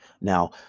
Now